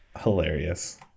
hilarious